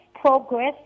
progress